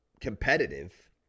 competitive